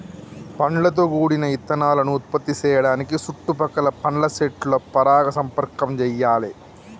పండ్లతో గూడిన ఇత్తనాలను ఉత్పత్తి సేయడానికి సుట్టు పక్కల పండ్ల సెట్ల పరాగ సంపర్కం చెయ్యాలే